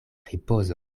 ripozo